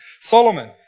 Solomon